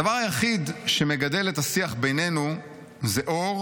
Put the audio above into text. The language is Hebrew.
הדבר היחיד שמגדל את השיח בינינו הוא אור